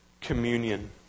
communion